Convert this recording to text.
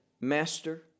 master